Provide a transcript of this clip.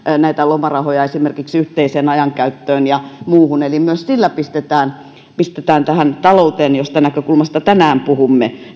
näitä lomarahoja esimerkiksi yhteiseen ajankäyttöön ja muuhun eli myös sillä pistetään pistetään tähän talouteen jonka näkökulmasta tänään puhumme